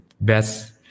best